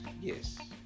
Yes